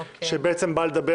הצעת החוק באה לאפשר